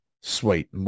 Sweet